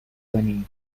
کنی